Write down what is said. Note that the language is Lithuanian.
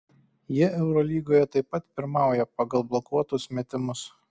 jie eurolygoje taip pat pirmauja pagal blokuotus metimus